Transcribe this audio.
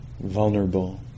vulnerable